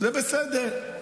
זה בסדר,